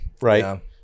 right